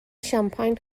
شانپاین